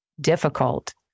difficult